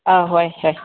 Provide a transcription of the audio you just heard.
ꯑꯥ ꯍꯣꯏ ꯍꯣꯏ